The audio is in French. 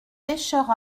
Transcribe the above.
pecheurs